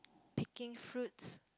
picking fruits